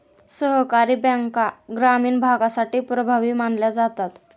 सहकारी बँका ग्रामीण भागासाठी प्रभावी मानल्या जातात